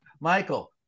Michael